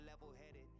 level-headed